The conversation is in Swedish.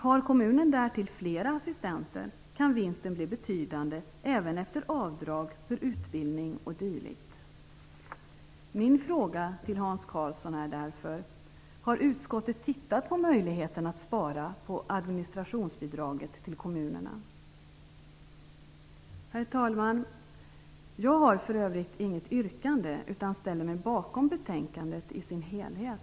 Har kommunen därtill flera assistenter kan vinsten bli betydande även efter avdrag för utbildning o.d. Min fråga till Hans Karlsson är därför: Har utskottet tittat på möjligheten att spara på administrationsbidraget till kommunerna? Herr talman! Jag har för övrigt inget yrkande, utan ställer mig bakom betänkandet i dess helhet.